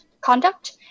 conduct